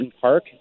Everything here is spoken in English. Park